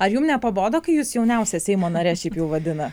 ar jum nepabodo kai jūs jauniausia seimo nare šiaip jau vadina